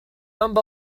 amb